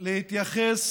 להתייחס